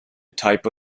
type